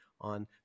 on